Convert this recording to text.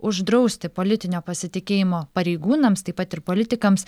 uždrausti politinio pasitikėjimo pareigūnams taip pat ir politikams